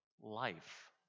life